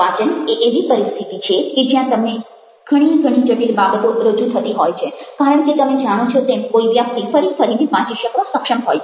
વાચન એ એવી પરિસ્થિતિ છે કે જ્યાં તમને ઘણી ઘણી જટિલ બાબતો રજૂ થતી હોય છે કારણ કે તમે જાણો છો તેમ કોઈ વ્યક્તિ ફરી ફરીને વાંચી શકવા સક્ષમ હોય છે